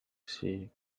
see